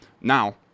Now